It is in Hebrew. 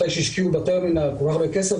אחרי שהשקיעו בטרמינל כל כך הרבה כסף,